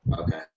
Okay